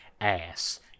ass